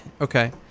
okay